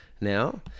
now